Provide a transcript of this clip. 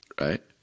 right